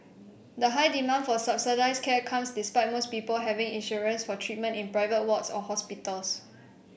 the high demand for subsidised care comes despite most people having insurance for treatment in private wards or hospitals